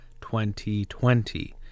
2020